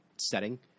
setting